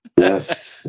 Yes